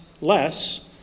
less